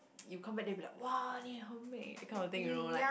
you come back then they will be like !wah! 你很美 that kind of thing you know like